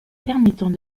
permettant